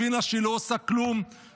הבינה שהיא לא עושה כלום,